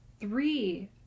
three